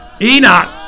enoch